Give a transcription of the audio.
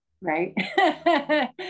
right